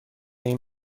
این